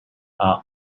are